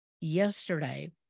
yesterday